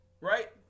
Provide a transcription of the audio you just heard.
Right